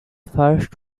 first